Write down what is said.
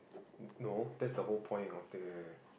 no that's the whole point of the